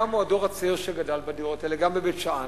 קם הדור הצעיר שגדל בדירות האלה, גם בבית-שאן,